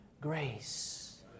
grace